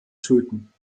töten